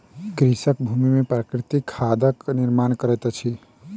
कृषक भूमि में प्राकृतिक खादक निर्माण करैत अछि